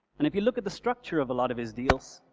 and if you look at the structure of a lot of his deals,